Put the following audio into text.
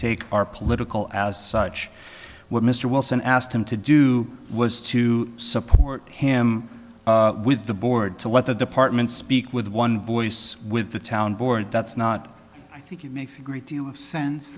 take are political as such when mr wilson asked him to do was to support him with the board to what the department speak with one voice with the town board that's not i think it makes a great deal of sense